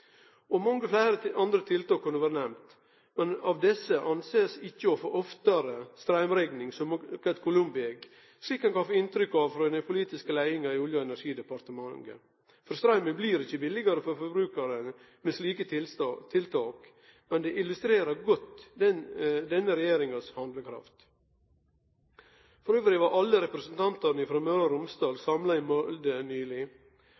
kolkraftverk. Mange fleire andre tiltak kunne vore nemnde, men mange av desse ser ikkje på det å få straumrekning oftare som eit columbi egg, slik ein kan få inntrykk av frå den politiske leiinga i Olje- og energidepartementet. Straumen blir ikkje billegare for forbrukaren med slike tiltak, men det illustrerer godt denne regjeringas handlekraft. Elles var alle representantane frå Møre og Romsdal